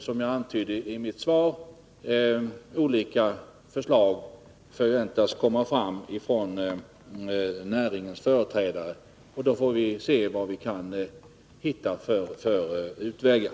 Som jag antyder i mitt svar förväntas då olika förslag från näringens företrädare. Då får vi se vad vi kan hitta för utvägar.